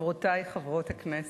חברותי חברות הכנסת,